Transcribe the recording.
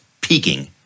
peaking